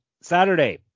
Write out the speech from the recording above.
Saturday